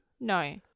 No